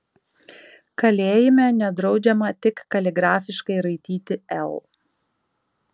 kalėjime nedraudžiama tik kaligrafiškai raityti l